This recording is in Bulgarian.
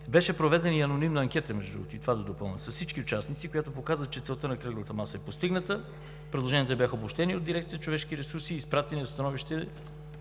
Беше проведена и анонимна анкета с всички участници, която показа, че целта на кръглата маса е постигната. Предложенията бяха обобщени от дирекция „Човешки ресурси“ и изпратени за становище